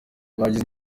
bagize